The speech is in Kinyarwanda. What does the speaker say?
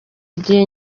igihe